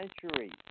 century